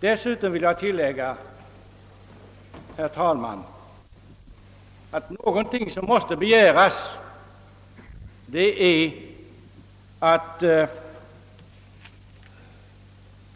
Dessutom vill jag tillägga, herr talman, att någonting som måste begäras är att